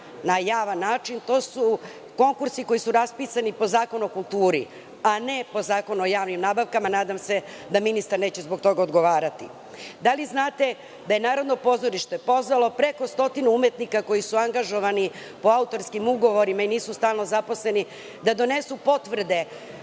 na javan način, to su konkursi koji su raspisani po Zakonu o kulturi, a ne po Zakonu o javnim nabavkama. Nadam se da ministar neće zbog toga odgovarati. Da li znate da je Narodno pozorište pozvalo preko stotinu umetnika koji su angažovani po autorskim ugovorima i nisu stalno zaposleni, da donesu potvrde